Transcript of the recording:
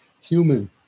human